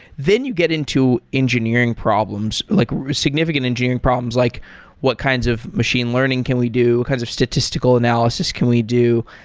then you get into engineering problems, like significant engineering problems like what kinds of machine learning can we do? what kinds of statistical analysis can we do?